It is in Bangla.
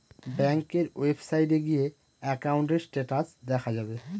ব্যাঙ্কের ওয়েবসাইটে গিয়ে একাউন্টের স্টেটাস দেখা যাবে